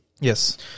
Yes